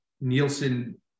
Nielsen